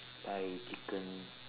buy chicken